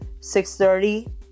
630